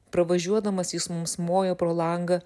pravažiuodamas jis mums moja pro langą